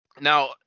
Now